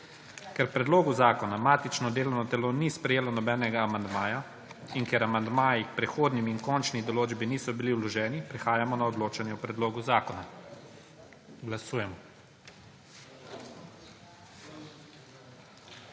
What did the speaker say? Ker k predlogu zakona matično delovno telo ni sprejelo nobenega amandmaja in ker amandmaji k prehodnim in končni določbi niso bili vloženi, prehajamo na odločanje o predlogu zakona. Glasujemo.